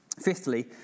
Fifthly